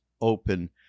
open